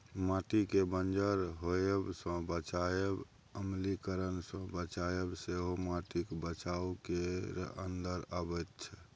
माटिकेँ बंजर होएब सँ बचाएब, अम्लीकरण सँ बचाएब सेहो माटिक बचाउ केर अंदर अबैत छै